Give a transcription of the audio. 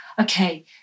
Okay